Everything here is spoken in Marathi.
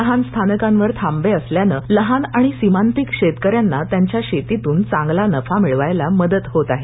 लहान स्थानकावर थांबे असल्याने लहान आणि सीमांतिक शेतकऱ्यांना त्यांच्या शेतीतून चांगला नफा मिळवायला मदत होत आहे